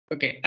Okay